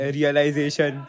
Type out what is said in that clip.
Realization